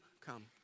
come